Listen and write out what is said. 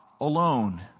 alone